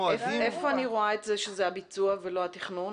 איפה אני רואה את זה שזה הביצוע ולא התכנון?